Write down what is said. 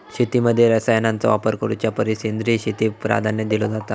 शेतीमध्ये रसायनांचा वापर करुच्या परिस सेंद्रिय शेतीक प्राधान्य दिलो जाता